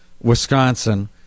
Wisconsin